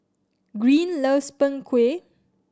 Greene loves Png Kueh